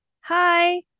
hi